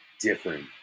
different